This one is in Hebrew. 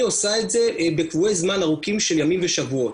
עושה את זה בקבועי זמן ארוכים של ימים ושבועות.